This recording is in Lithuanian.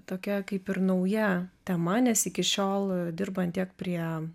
tokia kaip ir nauja tema nes iki šiol dirbant tiek prie